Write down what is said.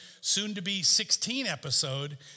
soon-to-be-16-episode